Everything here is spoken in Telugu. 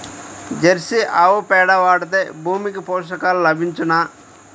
జెర్సీ ఆవు పేడ వాడితే భూమికి పోషకాలు లభించునా?